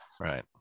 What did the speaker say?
right